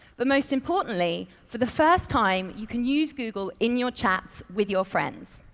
but most importantly for the first time, you can use google in your chats with your friends.